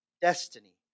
destiny